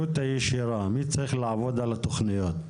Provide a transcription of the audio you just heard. --- מי צריך על עבודת על התוכניות?